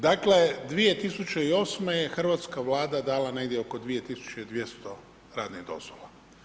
Dakle, 2008. je hrvatska Vlada dala negdje oko 2200 radnih dozvola.